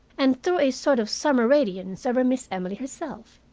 and threw a sort of summer radiance over miss emily herself,